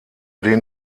den